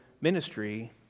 ministry